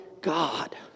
God